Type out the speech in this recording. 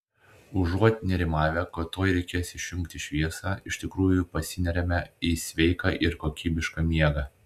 užuot nerimavę kad tuoj reikės išjungti šviesą iš tikrųjų pasineriame į sveiką ir kokybišką miegą